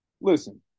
listen